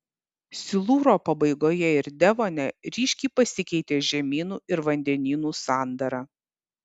silūro pabaigoje ir devone ryškiai pasikeitė žemynų ir vandenynų sandara